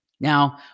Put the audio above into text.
Now